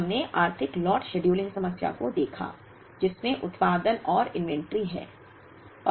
हमने आर्थिक lot scheduling समस्या को देखा जिसमें उत्पादन और इन्वेंट्री है